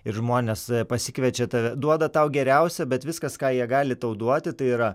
ir žmonės pasikviečia tave duoda tau geriausio bet viskas ką jie gali tau duoti tai yra